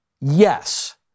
yes